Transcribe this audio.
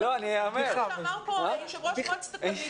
כפי שאמר פה יושב-ראש מועצת התלמידים: